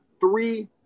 three